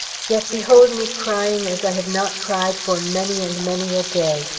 yet behold me crying as i have not cried for many and many a day.